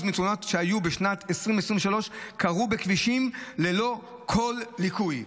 83% מהתאונות שהיו בשנת 2023 קרו בכבישים ללא כל ליקוי,